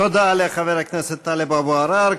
תודה לחבר הכנסת טלב אבו עראר.